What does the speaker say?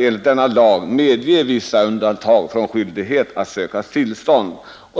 enligt denna lag möjlighet att medge vissa undantag från skyldigheten att söka tillstånd.